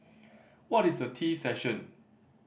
what is a tea session